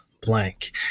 Blank